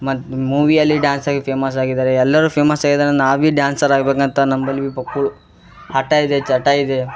ಮತ್ತು ಮೂವಿಯಲ್ಲಿ ಡ್ಯಾನ್ಸ್ ಆಗಿ ಫೇಮಸ್ ಆಗಿದಾರೆ ಎಲ್ಲರು ಫೇಮಸ್ ಆಗಿದಾರೆಂದು ನಾವು ಇಲ್ಲಿ ಡ್ಯಾನ್ಸರ್ ಆಗಬೇಕಂತ ನಮ್ಮಲ್ಲಿ ಬಕ್ಕುಳ್ ಹಠ ಇದೆ ಚಟ ಇದೆ